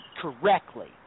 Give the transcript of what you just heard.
correctly